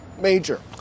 Major